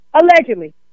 Allegedly